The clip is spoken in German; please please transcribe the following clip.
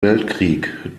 weltkrieg